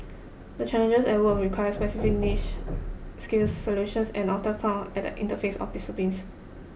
the challenges at work will require specific niche skills and solutions are often found at the interfaces of disciplines